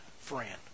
friend